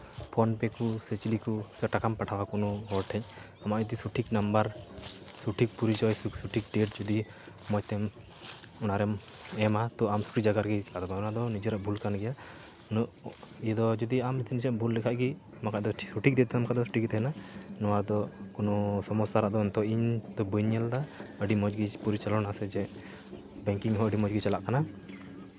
phone ᱯᱮ ᱠᱚ ᱥᱮ ᱪᱤᱞᱤ ᱠᱚ ᱥᱮ ᱴᱟᱠᱟᱢ ᱯᱟᱴᱷᱟᱣᱟ ᱠᱳᱱᱳ ᱦᱚ ᱴᱷᱮᱡ ᱟᱢᱟᱜ ᱡᱩᱫᱤ ᱥᱚᱴᱷᱤᱠ ᱱᱟᱢᱵᱟᱨ ᱥᱚᱴᱷᱤᱠ ᱯᱚᱨᱤᱪᱚᱭ ᱥᱚᱴᱷᱤᱠ ᱰᱮᱴ ᱡᱚᱫᱤ ᱢᱚᱡᱽ ᱛᱮ ᱚᱱᱟᱨᱮᱢ ᱮᱢᱟ ᱛᱚ ᱟᱢ ᱥᱚᱴᱷᱤᱠ ᱡᱟᱭᱜᱟ ᱨᱮᱜᱮ ᱟᱫᱚ ᱚᱱᱟᱫᱚ ᱱᱤᱡᱮᱨᱟᱜ ᱵᱷᱩᱞ ᱠᱟᱱ ᱜᱮᱭᱟ ᱩᱱᱟᱹᱜ ᱤᱭᱟᱹ ᱫᱚ ᱟᱢ ᱮᱢ ᱵᱷᱩᱞ ᱞᱮᱠᱷᱟᱡ ᱜᱮ ᱵᱟᱠᱷᱟᱡ ᱫᱚ ᱥᱚᱴᱷᱤᱠ ᱡᱩᱫᱤᱢ ᱮᱢ ᱠᱟᱫᱟ ᱴᱷᱤᱠ ᱜᱮ ᱛᱟᱦᱮᱱᱟ ᱱᱚᱣᱟ ᱫᱚ ᱠᱳᱱᱚ ᱥᱚᱢᱚᱥᱥᱟ ᱨᱮᱱᱟᱜ ᱫᱚ ᱤᱧ ᱛᱳ ᱵᱟᱹᱧ ᱧᱮᱞᱫᱟ ᱟᱹᱰᱤ ᱢᱚᱡᱽ ᱜᱮ ᱯᱚᱨᱤᱪᱟᱞᱚᱱᱟ ᱥᱮ ᱪᱮᱜ ᱵᱮᱝᱠᱤᱝ ᱦᱚᱸ ᱟᱹᱰᱤ ᱢᱚᱡᱽᱜᱮ ᱪᱟᱞᱟᱜ ᱠᱟᱱᱟ